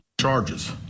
charges